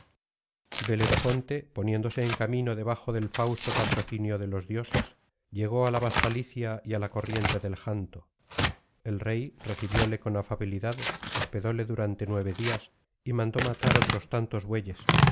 belerofonte poniéndose en camino debajo del fausto patrocinio de los dioses llegó á la vasta licia y á la corriente del janto el rey recibióle con afabilidad hospedóle durante nueve días y mandó matar otros tantos bueyes